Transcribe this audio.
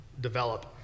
develop